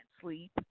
sleep